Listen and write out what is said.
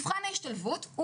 מבחן ההשתלבות.